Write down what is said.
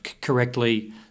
correctly